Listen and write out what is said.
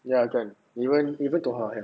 ya correct even even tohar have